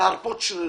להרפות שרירים.